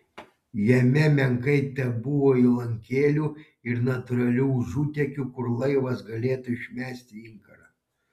jame menkai tebuvo įlankėlių ir natūralių užutėkių kur laivas galėtų išmesti inkarą